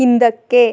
ಹಿಂದಕ್ಕೆ